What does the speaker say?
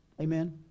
Amen